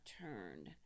turned